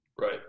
Right